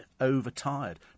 overtired